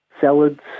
salads